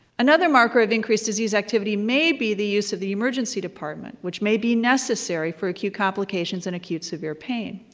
another marker of increased disease activity may be the use of the emergency department, which may be necessary for acute complications and acute, severe pain.